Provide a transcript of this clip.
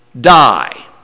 die